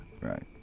right